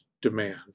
demand